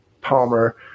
Palmer